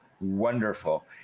wonderful